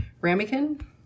ramekin